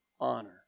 honor